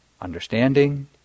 understanding